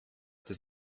does